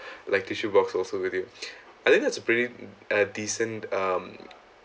like tissue box also with you I think that's a pretty uh decent um